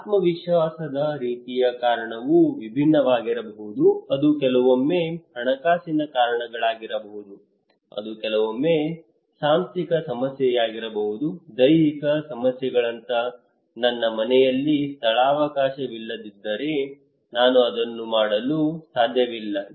ಆತ್ಮವಿಶ್ವಾಸದ ರೀತಿಯ ಕಾರಣವು ವಿಭಿನ್ನವಾಗಿರಬಹುದು ಅದು ಕೆಲವೊಮ್ಮೆ ಹಣಕಾಸಿನ ಕಾರಣಗಳಾಗಿರಬಹುದು ಅದು ಕೆಲವೊಮ್ಮೆ ಸಾಂಸ್ಥಿಕ ಸಮಸ್ಯೆಯಾಗಿರಬಹುದು ದೈಹಿಕ ಸಮಸ್ಯೆಗಳಂತಹ ನನ್ನ ಮನೆಯಲ್ಲಿ ಸ್ಥಳಾವಕಾಶವಿಲ್ಲದಿದ್ದರೆ ನಾನು ಅದನ್ನು ಮಾಡಲು ಸಾಧ್ಯವಿಲ್ಲ